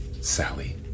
Sally